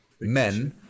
men